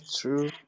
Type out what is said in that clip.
true